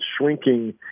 shrinking